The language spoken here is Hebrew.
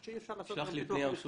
תודה.